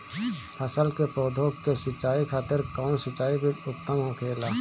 फल के पौधो के सिंचाई खातिर कउन सिंचाई विधि उत्तम होखेला?